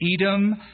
Edom